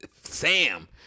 Sam